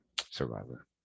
Survivor